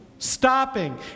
Stopping